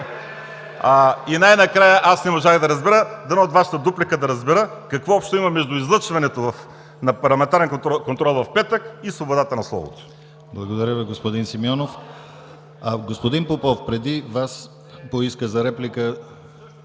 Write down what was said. Най-накрая, аз не можах да разбера, дано от Вашата дуплика да разбера, какво общо има между излъчването на парламентарния контрол в петък и свободата на словото.